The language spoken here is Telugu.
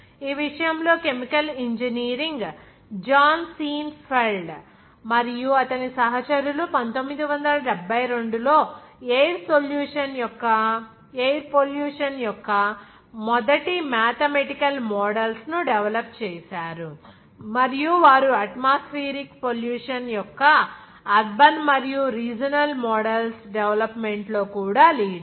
ఈ విషయంలో chemical engineering John Seinfeld మరియు అతని సహచరులు 1972 లో ఎయిర్ పొల్యూషన్ యొక్క మొదటి మేథమెటికల్ మోడల్స్ ను డెవలప్ చేశారు మరియు వారు అట్మాస్ఫియరిక్ పొల్యూషన్ యొక్క అర్బన్ మరియు రీజినల్ మోడల్స్ డెవలప్మెంట్ లో కూడా లీడర్స్